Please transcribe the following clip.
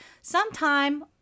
sometime